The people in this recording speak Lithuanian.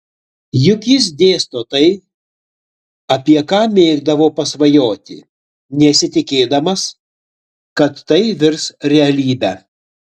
juk jis dėsto tai apie ką mėgdavo pasvajoti nesitikėdamas kad tai virs realybe